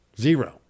Zero